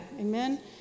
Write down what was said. amen